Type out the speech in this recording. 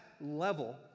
level